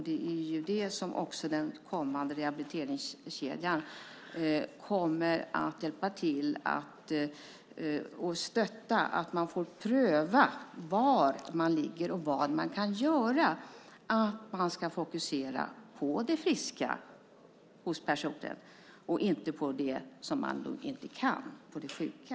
Det är det som rehabiliteringskedjan också kommer att hjälpa till och stötta, alltså att man får pröva var man ligger och vad man kan göra. Den ska fokusera på det friska hos personen, inte på det som man inte kan göra, på det sjuka.